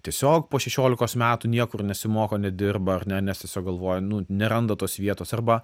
tiesiog po šešiolikos metų niekur nesimoko nedirba ar ne nes tiesiog galvoja nu neranda tos vietos arba